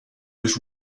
was